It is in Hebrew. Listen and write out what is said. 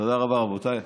תודה רבה, רבותיי.